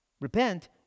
Repent